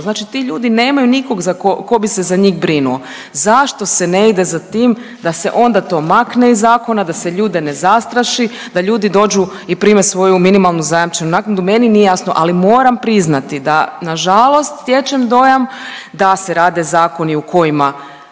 znači ti ljudi nemaju nikog tko bi se za njih brinuo. Zašto se ne ide za tim da se to onda makne iz zakona, da se ljude ne zastraši, da ljudi dođu i prime svoju minimalnu zajamčenu naknadu. Meni nije jasno, ali moram priznati da na žalost stječem dojam da se rade zakoni u kojima